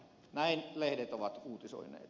näin lehdet ovat uutisoineet